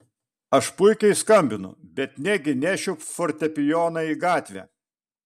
aš puikiai skambinu bet negi nešiu fortepijoną į gatvę